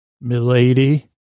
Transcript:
milady